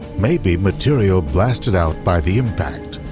may be material blasted out by the impact.